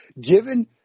given